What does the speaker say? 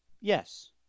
Yes